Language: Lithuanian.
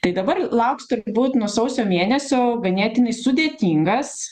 tai dabar lauks turbūt nuo sausio mėnesio ganėtinai sudėtingas